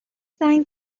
زنگ